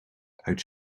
uit